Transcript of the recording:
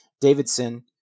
Davidson